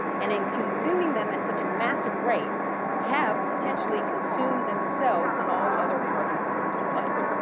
and in consuming them at such a massive rate have potentially consumed themselves and all other carbon forms of life,